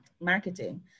marketing